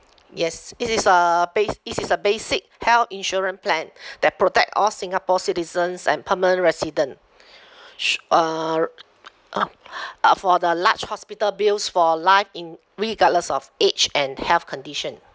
yes it is a bas~ it is a basic health insurance plan that protect all singapore citizens and permanent resident shou~ uh uh for the large hospital bills for life in regardless of age and health condition